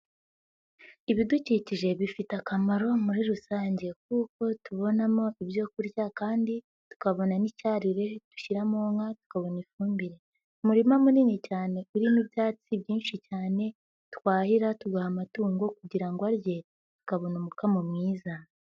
Ibidukikije bifite akamaro muri rusange kuko tubonamo ibyo kurya kandi tukabona n'icyarire dushyira mu nka tukabona ifumbire, umurima munini cyane urimo ibyatsi byinshi cyane twahira tugaha amatungo kugira ngo arye akabona umukamo mwiza.